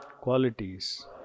qualities